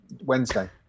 Wednesday